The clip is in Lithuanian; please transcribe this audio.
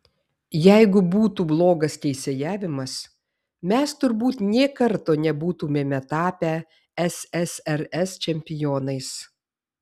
jeigu būtų blogas teisėjavimas mes turbūt nė karto ir nebūtumėme tapę ssrs čempionais